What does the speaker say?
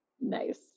nice